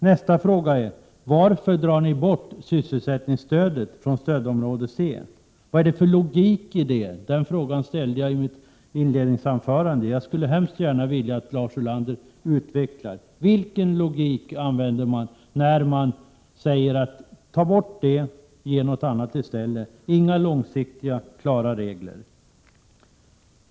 Nästa fråga lyder: Varför drar ni bort sysselsättningsstödet från stödområde C? Var är logiken? Den frågan ställde jag i mitt inledningsanförande. Jag skulle gärna vilja att Lars Ulander talar om vilken logik som används när man säger: Ta bort detta. Ni saknar långsiktiga, klara regler.